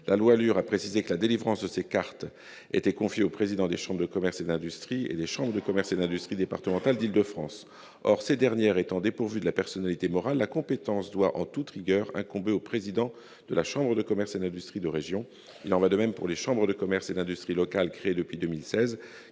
loi a précisé que la délivrance de ces cartes était confiée aux présidents des chambres de commerce et d'industrie territoriales et des chambres de commerce et d'industrie départementales d'Île-de-France. Or, ces dernières étant dépourvues de la personnalité morale, la compétence doit, en toute rigueur, incomber au président de la chambre de commerce et d'industrie de région. Il en va de même pour les chambres de commerce et d'industrie locales créées depuis 2016,